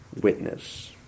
witness